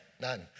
None